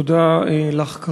תודה לך,